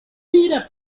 tira